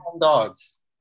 dogs